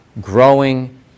growing